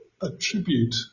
attribute